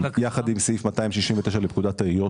יחד עם סעיף 269 לפקודת העיריות,